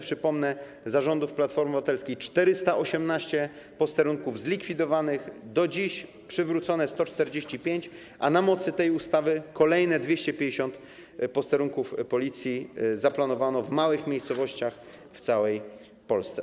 Przypomnę, że za rządów Platformy Obywatelskiej 418 posterunków zostało zlikwidowanych, do dziś przywrócono 145, a na mocy tej ustawy kolejne 250 posterunków Policji zaplanowano w małych miejscowościach w całej Polsce.